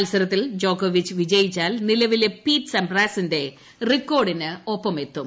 മത്സരത്തിൽ ജോക്കോവിച്ച് വിജയിച്ചാൽ നിലവിലെ പീറ്റ് സംപ്രാസിന്റെ റിക്കോർഡിന് ഒപ്പമെത്തും